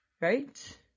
Right